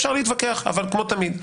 אפשר להתווכח, אבל כמו תמיד.